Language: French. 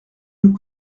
nous